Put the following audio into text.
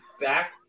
back